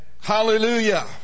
Hallelujah